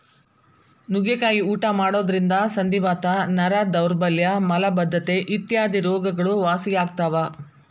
ನುಗ್ಗಿಕಾಯಿ ಊಟ ಮಾಡೋದ್ರಿಂದ ಸಂಧಿವಾತ, ನರ ದೌರ್ಬಲ್ಯ ಮಲಬದ್ದತೆ ಇತ್ಯಾದಿ ರೋಗಗಳು ವಾಸಿಯಾಗ್ತಾವ